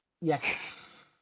Yes